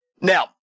now